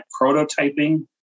prototyping